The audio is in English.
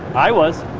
i was,